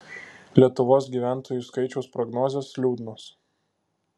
lietuvos gyventojų skaičiaus prognozės liūdnos